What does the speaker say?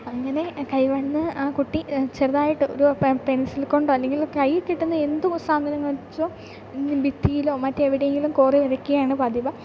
അങ്ങനെ കൈ വന്ന് ആ കുട്ടി ചെറുതായിട്ട് ഒരു പെ പെൻസിൽ കൊണ്ടോ അല്ലെങ്കിൽ കയ്യിൽ കിട്ടുന്ന എന്ത് സാധനം വെച്ചോ ഭിത്തിയിലോ മറ്റെവിടെയെങ്കിലും കോറി വരക്കുകയാണ് പതിവ്